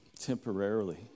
temporarily